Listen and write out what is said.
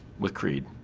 with creed.